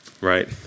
right